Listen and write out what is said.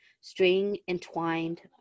string-entwined